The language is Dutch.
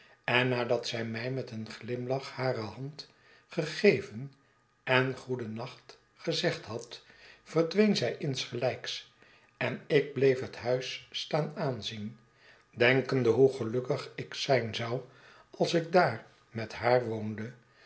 en nadat zij mij met een glimlach hare hand gegeven en goedennacht gezegd had verdween zij insgelijks en ik bieef het huis staan aanzien denkende hoe gelukkig ik zijn zou als ik daar met haar woonde